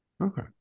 Okay